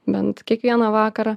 bent kiekvieną vakarą